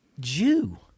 Jew